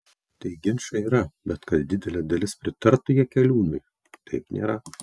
tai ginčai yra bet kad didelė dalis pritartų jakeliūnui taip nėra